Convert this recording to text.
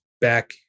back